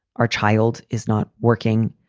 our child is not working.